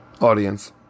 Audience